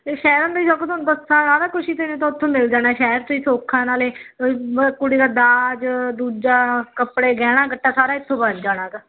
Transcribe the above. ਅਤੇ ਸ਼ਹਿਰਾਂ ਵਿੱਚ ਬਹੁਤ ਸੌਖਾ ਸਾਰਾ ਕੁਝ ਤਾਂ ਮਿਲ ਜਾਣਾ ਸ਼ਹਿਰ 'ਚ ਸੌਖਾ ਨਾਲੇ ਕੁੜੀ ਦਾ ਦਾਜ ਦੂਜਾ ਕੱਪੜੇ ਗਹਿਣਾ ਗੱਟਾ ਸਾਰਾ ਇੱਥੋ ਬਣ ਜਾਣਾ ਹੈਗਾ